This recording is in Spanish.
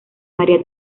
maría